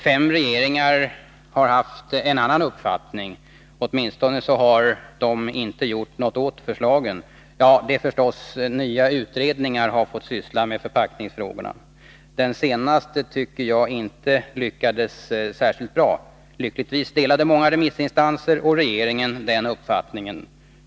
Fem regeringar har haft en annan uppfattning — åtminstone har de inte gjort något med anledning av förslagen. Ja, det förstås — nya utredningar har fått syssla med förpackningsfrågorna. Jag tycker inte att den senaste lyckades särskilt bra. Lyckligtvis delade många remissinstanser och regeringen den uppfattningen.